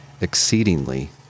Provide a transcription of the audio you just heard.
exceedingly